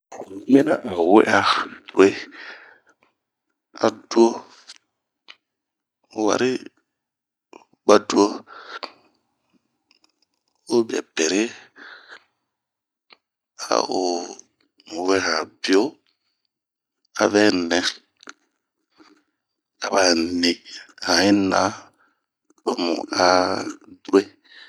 Oyimina ao we'a dure,a duo, warii baduo, ubɛn pereh, ao wɛ'ah han bio a vɛ nɛɛ aba nii, han yi naan, to han a dure.